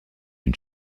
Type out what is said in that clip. une